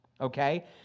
okay